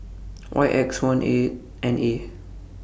Y X one eight N A